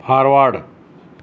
forward